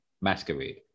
masquerade